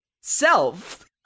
self